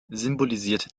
symbolisiert